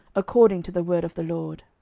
according to the word of the lord.